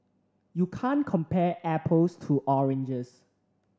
you can't compare apples to oranges